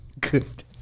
Good